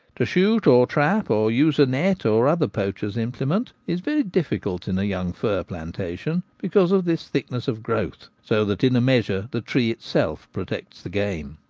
to shoot or trap, or use a net or other poacher's implement, is very difficult in a young fir plantation, because of this thickness of growth so that in a measure the tree itself protects the game.